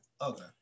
Okay